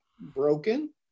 broken